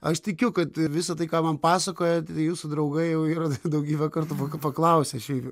aš tikiu kad visa tai ką man pasakojot jūsų draugai jau yra daugybę kartų paka paklausę šiaip jau